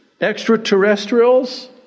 extraterrestrials